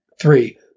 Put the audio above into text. Three